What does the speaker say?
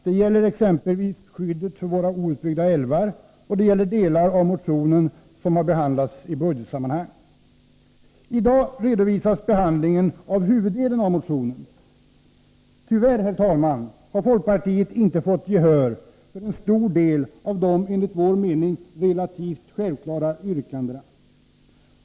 Det gäller exempelvis skyddet för våra outbyggda älvar, och det gäller delar av motionen som har behandlats i budgetsammanhang. I dag redovisas behandlingen av huvuddelen av motionen. Tyvärr har folkpartiet inte fått gehör för en stor del av de enligt vår mening relativt självklara yrkandena.